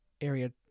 Area